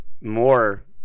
more